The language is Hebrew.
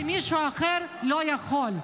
-- שמישהו אחר לא יכול.